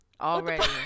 Already